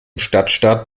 stadtstaat